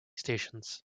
stations